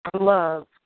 love